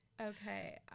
Okay